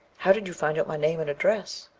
how did you find out my name and address?